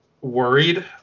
worried